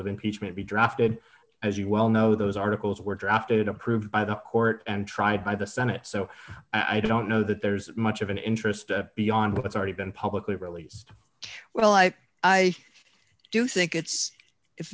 of impeachment be drafted as you well know those articles were drafted approved by the court and tried by the senate so i don't know that there's much of an interest beyond what's already been publicly released what i like i do think it's i